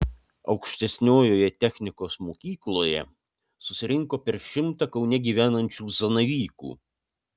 aukštesniojoje technikos mokykloje susirinko per šimtą kaune gyvenančių zanavykų